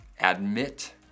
admit